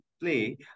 play